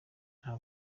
nta